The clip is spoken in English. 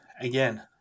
again